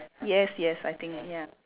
yes yes I think ya